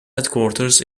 headquarters